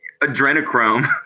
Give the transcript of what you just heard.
adrenochrome